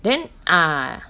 then ah